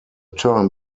term